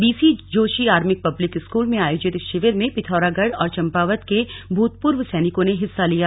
BC Joshi army public school में आयोजित इस शिविर में पिथौरागढ़ और चंपावत के भूतपूर्व सैनिकों ने हिस्सा लिया